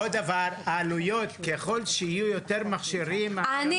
עוד דבר: העלויות ככל שיהיו יותר מכשירים --- אני